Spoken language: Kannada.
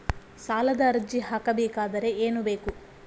ಸಾಲದ ಅರ್ಜಿ ಹಾಕಬೇಕಾದರೆ ಏನು ಬೇಕು?